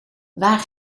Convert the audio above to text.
waar